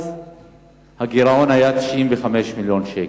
אז הגירעון היה 95 מיליון שקל.